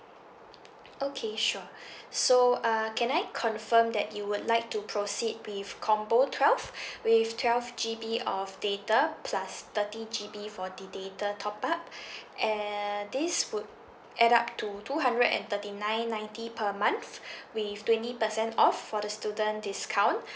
okay sure so uh can I confirm that you would like to proceed with combo twelve with twelve G_B of data plus thirty G_B for the data top up and these would add up to two hundred and thirty nine ninety per month with twenty percent off for the student discount